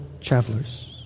travelers